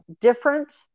different